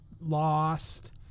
Lost